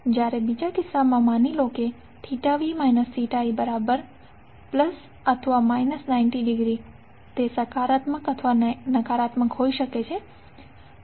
જ્યારે બીજા કિસ્સામાં ધારો કે v θi±90° તે પોઝિટિવ અથવા નેગેટિવ હોઈ શકે છે